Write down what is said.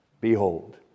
Behold